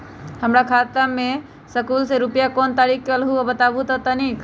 हमर खाता में सकलू से रूपया कोन तारीक के अलऊह बताहु त तनिक?